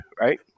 right